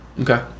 Okay